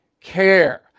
care